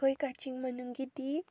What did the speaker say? ꯑꯩꯈꯣꯏ ꯀꯛꯆꯤꯡ ꯃꯅꯨꯡꯒꯤꯗꯤ